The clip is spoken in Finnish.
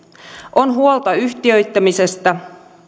on huolta yhtiöittämisestä